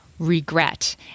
regret